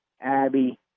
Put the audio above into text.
Abby